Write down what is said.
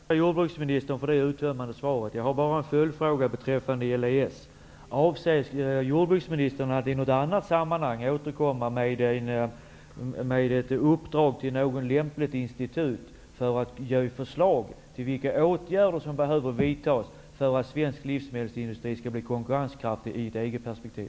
Herr talman! Jag tackar jordbruksministern för detta uttömmande svar. Jag har bara en följdfråga beträffande EES. Avser jordbruksministern att i något annat sammanhang återkomma med ett uppdrag till något lämpligt institut att ge förslag till vilka åtgärder som behöver vidtas för att svensk livsmedelsindustri skall bli konkurrenskraftig i ett EG-perspektiv?